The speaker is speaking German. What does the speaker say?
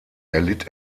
erlitt